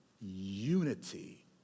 unity